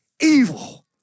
evil